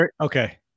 Okay